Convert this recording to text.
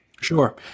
Sure